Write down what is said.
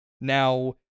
Now